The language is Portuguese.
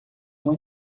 uma